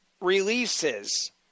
releases